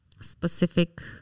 specific